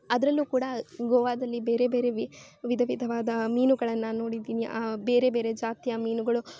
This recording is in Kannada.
ಅದರಲ್ಲೂ ಕೂಡ ಗೋವಾದಲ್ಲಿ ಬೇರೆ ಬೇರೆ ವಿಧ ವಿಧವಾದ ಮೀನುಗಳನ್ನು ನೋಡಿದ್ದೀನಿ ಆ ಬೇರೆ ಬೇರೆ ಜಾತಿಯ ಮೀನುಗಳು